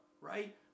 Right